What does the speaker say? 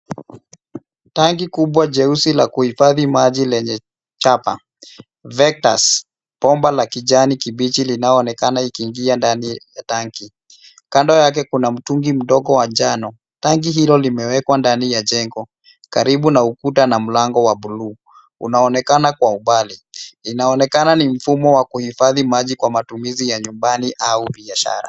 Tanki kubwa jeusi la kuhifadhi maji lenye chapa vectors . Bomba la kijani kibichi linaoonekana likiingia ndani ya tanki. Kando yake kuna mtungi mdogo wa njano. Tanki hilo limewekwa ndani ya jengo karibu na ukuta na mlango wa buluu unaonekana kwa umbali. Inaonekana ni mfumo wa kuhifadhi maji kwa matumizi ya nyumbani au biashara.